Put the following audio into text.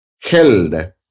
held